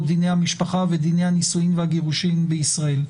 דיני המשפחה ודיני הנישואים והגירושים בישראל.